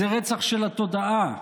זה רצח של התודעה,